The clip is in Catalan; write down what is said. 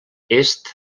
est